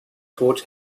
tod